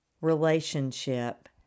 relationship